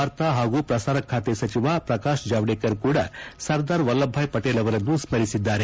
ವಾರ್ತಾ ಹಾಗೂ ಪ್ರಸಾರ ಸಚಿವ ಪ್ರಕಾಶ್ ಜಾವ್ದೇಕರ್ ಕೂಡ ಸರ್ದಾರ್ ವಲ್ಲಭಬಾಯ್ ಪಟೇಲ್ ಅವರನ್ನು ಸ್ಟರಿಸಿದ್ದಾರೆ